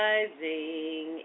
Rising